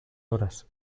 horas